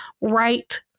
right